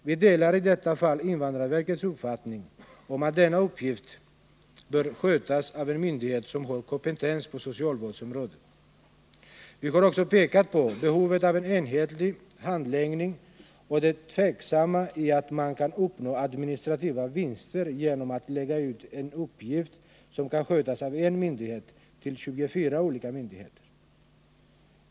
Vi delar i detta fall hjälp till flyktingar invandrarverkets uppfattning att denna uppgift bör skötas av en myndighet — m, fl. som har kompetens på socialvårdsområdet. Vi har också pekat på behovet av en enhetlig handläggning och det tveksamma i att man kan uppnå administrativa vinster genom att lägga ut en uppgift som kan skötas av en myndighet på 24 olika myndigheter.